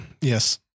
Yes